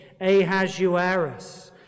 Ahasuerus